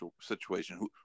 situation